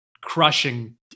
crushing